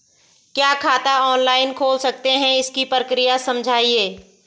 क्या खाता ऑनलाइन खोल सकते हैं इसकी प्रक्रिया समझाइए?